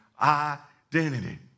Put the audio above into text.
identity